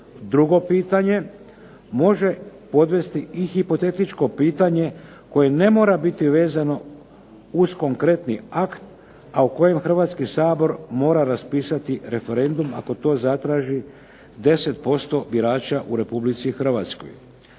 drugo pitanje može podvesti i hipotetičko pitanje koje ne mora biti vezano uz konkretni akt, a o kojem Hrvatski sabor mora raspisati referendum ako to zatraži 10% birača u Republici Hrvatskoj.